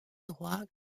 droits